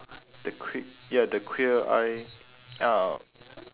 the qu~ ya the queer eye um